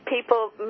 people